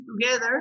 together